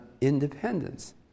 independence